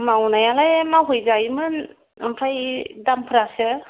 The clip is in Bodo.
मावनायालाय मावहैजायोमोन ओमफाय दामफ्रासो